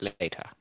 later